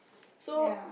so